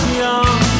young